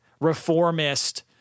reformist